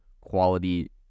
quality